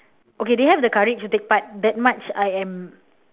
okay they have the courage to take part that much I am